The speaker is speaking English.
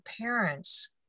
parents